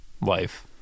life